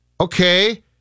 Okay